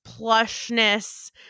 plushness